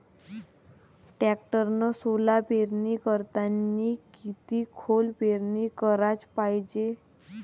टॅक्टरनं सोला पेरनी करतांनी किती खोल पेरनी कराच पायजे?